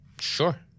Sure